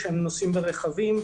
כשהם נוסעים ברכבים,